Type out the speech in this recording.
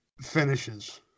finishes